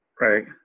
Right